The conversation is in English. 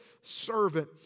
servant